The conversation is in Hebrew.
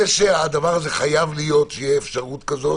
זה שחייבת להיות אפשרות כזאת